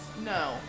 No